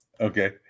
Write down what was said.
Okay